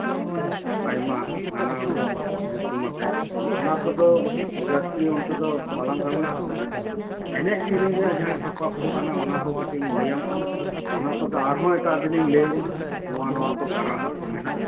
ᱟᱭᱢᱟ ᱱᱟᱱᱟᱦᱩᱱᱟᱹᱨ ᱧᱩᱛᱩᱢᱟᱛᱮ ᱚᱱᱟᱠᱚᱫᱚ ᱡᱟᱹᱥᱛᱤ ᱚᱱᱛᱮ ᱫᱚ ᱵᱟᱞᱟᱝ ᱜᱟᱞᱢᱟᱨᱟᱜ ᱠᱟᱱᱟ ᱮᱱᱮᱡ ᱥᱮᱨᱮᱧ ᱨᱮᱱᱟᱜ ᱥᱟᱯᱟᱵ ᱡᱟᱦᱟᱸᱠᱚ ᱠᱟᱱᱟ ᱚᱱᱟᱠᱚ ᱠᱟᱹᱴᱤᱡ ᱤᱧ ᱞᱟᱹᱭᱟᱢ ᱠᱟᱱᱟ ᱚᱱᱟ ᱠᱚᱫᱚ ᱟᱨᱦᱚᱸ ᱮᱴᱟᱜ ᱫᱤᱱᱤᱧ ᱞᱟᱹᱭᱟᱢᱟ ᱱᱚᱣᱟ ᱱᱚᱣᱟ ᱠᱚ ᱠᱟᱨᱟᱢ ᱠᱚ ᱢᱮᱱᱟᱜᱼᱟ